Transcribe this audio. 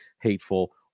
hateful